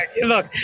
Look